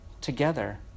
together